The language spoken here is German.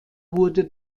wurde